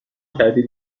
تردید